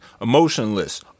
Emotionless